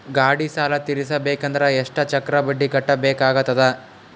ಗಾಡಿ ಸಾಲ ತಿರಸಬೇಕಂದರ ಎಷ್ಟ ಚಕ್ರ ಬಡ್ಡಿ ಕಟ್ಟಬೇಕಾಗತದ?